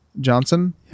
Johnson